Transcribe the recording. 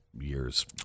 year's